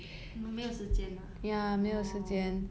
没有时间 ah orh